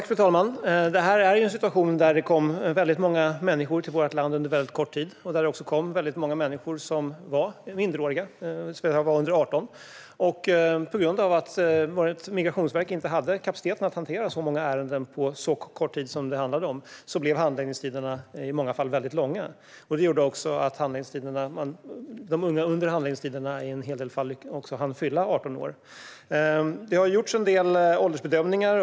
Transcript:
Fru talman! Det här är en situation som har uppstått på grund av att det kom väldigt många människor till vårt land under väldigt kort tid. Många som kom var också minderåriga, det vill säga under 18 år. På grund av att vårt migrationsverk inte hade kapacitet för att hantera så många ärenden på kort tid blev handläggningstiderna i många fall väldigt långa. Det ledde också till att de unga i en hel del fall hann fylla 18 år under handläggningstiden. Det har gjorts en del åldersbedömningar.